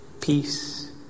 peace